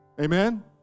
Amen